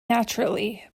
naturally